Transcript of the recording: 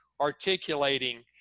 articulating